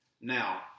Now